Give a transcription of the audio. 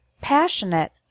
Passionate